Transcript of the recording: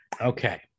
okay